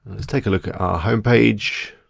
let's take a look at our homepage.